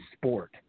sport